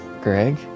Greg